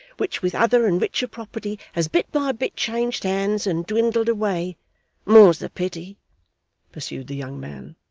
which with other and richer property has bit by bit changed hands and dwindled away more's the pity pursued the young man.